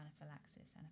anaphylaxis